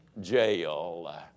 jail